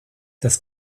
des